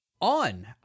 on